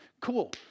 cool